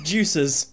Juices